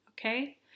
okay